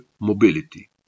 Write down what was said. mobility